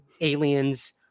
aliens